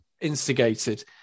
instigated